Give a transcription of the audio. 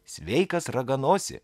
sveikas raganosi